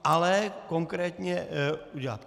Ale konkrétně udělat.